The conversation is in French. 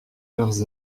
leurs